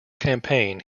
campaign